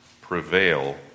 prevail